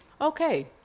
Okay